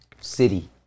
City